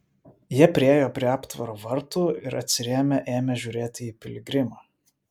jie priėjo prie aptvaro vartų ir atsirėmę ėmė žiūrėti į piligrimą